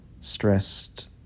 stressed